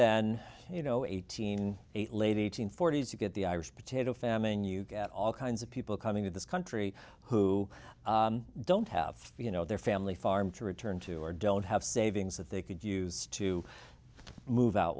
then you know eighteen lady two hundred forty s you get the irish potato famine you get all kinds of people coming to this country who don't have you know their family farm to return to or don't have savings that they could use to move out